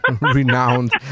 Renowned